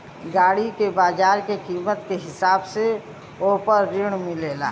गाड़ी के बाजार के कीमत के हिसाब से वोह पर ऋण मिलेला